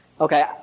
Okay